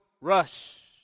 rush